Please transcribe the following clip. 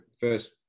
first